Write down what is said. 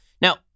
Now